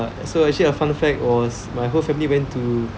so actually a fun fact was my whole family went to